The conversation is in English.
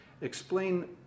Explain